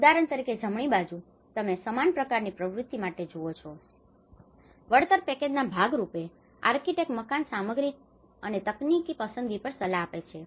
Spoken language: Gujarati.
ઉદાહરણ તરીકે જમણી બાજુ તમે સમાન પ્રકારની પ્રવૃત્તિઓ માટે જુઓ છો વળતર પેકેજના ભાગરૂપે આર્કિટેક્ટ મકાન સામગ્રી અને તકનીકીની પસંદગી પર સલાહ આપે છે